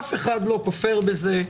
אף אחד לא כופר בזה,